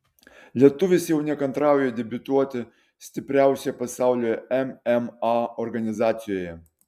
lietuvis jau nekantrauja debiutuoti stipriausioje pasaulio mma organizacijoje